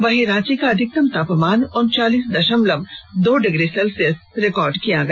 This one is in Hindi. वहीं रांची का अधिकतम तापमान उनचालीस दशमलव दो डिग्री सेल्सियस रिकॉर्ड किया गया